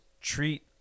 treat